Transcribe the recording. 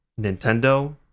nintendo